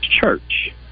church